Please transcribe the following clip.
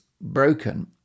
broken